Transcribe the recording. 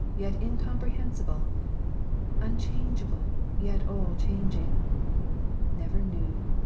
yet incomprehensible unchangeable, yet all-changing never new,